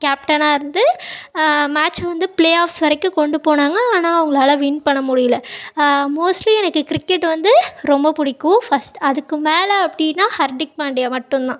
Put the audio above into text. கேப்டனாக இருந்து மேட்ச் வந்து பிளேஆஃப்ஸ் வரைக்கும் கொண்டு போனாங்க ஆனால் அவர்களால வின் பண்ண முடியிலை மோஸ்ட்லி எனக்கு கிரிக்கெட் வந்து ரொம்ப பிடிக்கும் ஃபஸ்ட் அதுக்கு மேலே அப்படின்னா ஹர்திக் பாண்டியா மட்டும்தான்